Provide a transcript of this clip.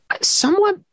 somewhat